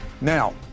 now